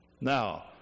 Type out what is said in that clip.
Now